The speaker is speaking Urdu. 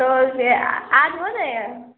تو یہ آج ہو جائے گا